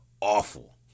awful